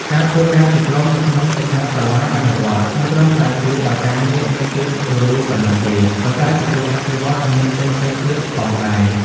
ការធ្វើការជាក្រុមនៅក្នុងសិក្ខាសាលាអនុវត្តន៍មិនត្រឹមតែជួយឲ្យការងារមានភាពរលូនប៉ុណ្ណោះទេ ប៉ុន្តែក៏ជួយអភិវឌ្ឍជំនាញផ្សេងៗទៀតផងដែរ។